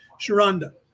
Sharonda